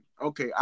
Okay